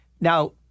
Now